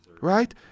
right